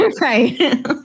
right